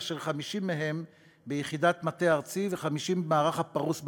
50 ביחידת מטה ארצי ו-50 במערך הפרוס במחוזות.